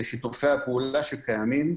זה שיתופי הפעולה שקיימים,